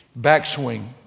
backswing